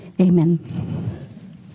amen